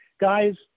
guys